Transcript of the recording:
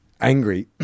angry